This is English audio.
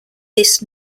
this